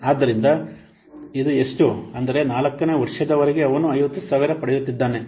ಆದ್ದರಿಂದ ಇದು ಎಷ್ಟು ಅಂದರೆ 4 ನೇ ವರ್ಷದವರೆಗೆ ಅವನು 50000 ಪಡೆಯುತ್ತಿದ್ದಾನೆ